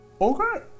Okay